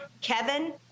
Kevin